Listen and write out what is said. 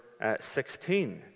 16